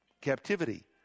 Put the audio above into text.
captivity